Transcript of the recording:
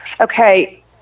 Okay